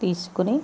తీసుకుని